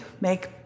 make